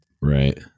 Right